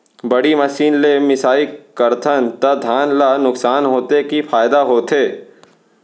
बड़ी मशीन ले मिसाई करथन त धान ल नुकसान होथे की फायदा होथे?